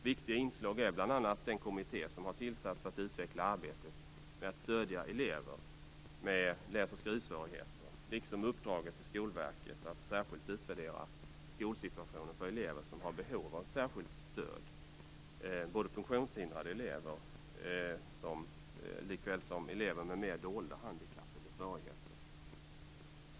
Viktiga inslag är bl.a. den kommitté som har tillsatts för att utveckla arbetet för att stödja elever med läs och skrivsvårigheter liksom uppdraget till Skolverket att särskilt utvärdera skolsituationen för elever som har behov av särskilt stöd, både funktionshindrade elever och elever med mer dolda handikapp eller svagheter.